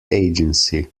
agency